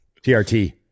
TRT